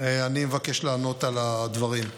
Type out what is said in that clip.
אני מבקש לענות על הדברים.